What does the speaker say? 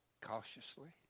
cautiously